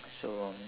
so